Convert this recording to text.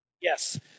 yes